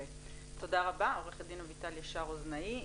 תודה רבה עו"ד אביטל ישר רוזנאי.